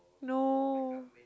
no